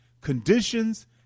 conditions